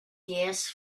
gas